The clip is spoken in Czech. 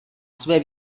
své